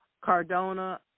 Cardona